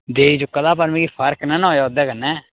देई चुका दा पर मिगी फर्क नेईं नेईं ना होएआ ओह्दे कन्नै